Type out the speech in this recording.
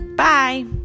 Bye